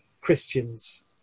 Christians